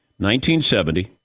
1970